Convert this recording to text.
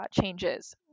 changes